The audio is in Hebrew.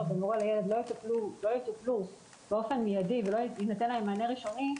בין הורה לילד לא יטופלו באופן מידי ולא יינתן להן מענה ראשוני,